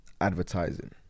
advertising